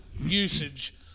usage